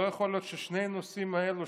לא יכול להיות שלשני הנושאים האלה,